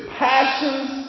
passions